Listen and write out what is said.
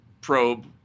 probe